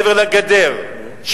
מעבר לגדר,